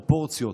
פרופורציות.